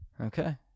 Okay